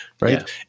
Right